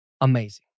amazing